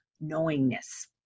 knowingness